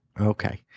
Okay